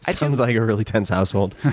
sounds like a really tense household.